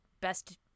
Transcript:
best